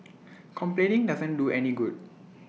complaining doesn't do any good